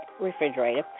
Refrigerator